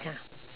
ya